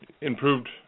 improved